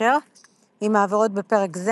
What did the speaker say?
וקשר עם העבירות בפרק זה